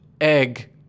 egg